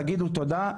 תגידו תודה,